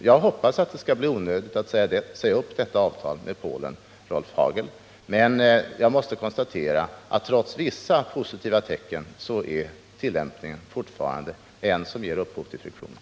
Jag hoppas det skall bli Nr 113 onödigt att säga upp detta avtal med Polen, Rolf Hagel, men jag måste Tisdagen den konstatera att det, trots vissa positiva tecken, är denna tillämpning som 27 mars 1979 fortfarande ger upphov till friktioner.